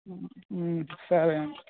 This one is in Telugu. సరే అండి